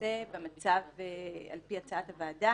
למעשה על פי הצעת הוועדה